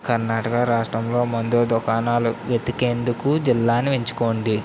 కర్ణాటక రాష్ట్రంలో మందుల దుకాణాలు వెతికేందుకు జిల్లాని ఎంచుకోండి